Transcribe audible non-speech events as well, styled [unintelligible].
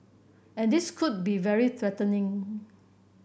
and this could be very [unintelligible]